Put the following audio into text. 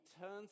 turns